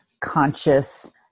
conscious